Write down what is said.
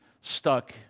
stuck